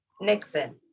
Nixon